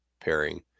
pairing